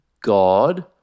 God